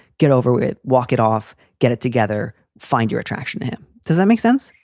get over it. walk it off. get it together. find your attraction to him. does that make sense?